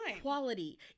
quality